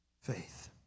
faith